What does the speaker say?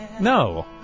No